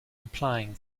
implying